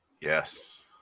Yes